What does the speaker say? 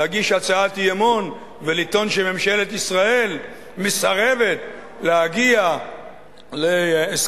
להגיש הצעת אי-אמון ולטעון שממשלת ישראל מסרבת להגיע להסכם